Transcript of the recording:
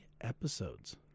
episodes